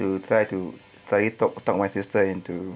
to try to talk talk my sister into